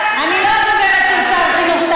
אני לא דוברת של שר החינוך.